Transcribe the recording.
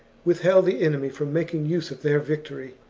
withheld the enemy from making use of their victory.